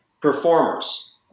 performers